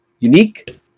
unique